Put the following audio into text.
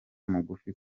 mugufi